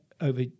over